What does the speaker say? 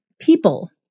people